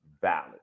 valid